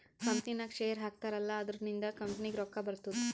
ಕಂಪನಿನಾಗ್ ಶೇರ್ ಹಾಕ್ತಾರ್ ಅಲ್ಲಾ ಅದುರಿಂದ್ನು ಕಂಪನಿಗ್ ರೊಕ್ಕಾ ಬರ್ತುದ್